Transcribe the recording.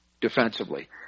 defensively